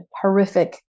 horrific